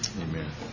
Amen